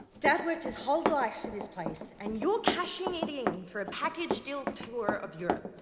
dad worked his whole life for this place and you're cashing it in for a package deal tour of europe.